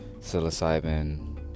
psilocybin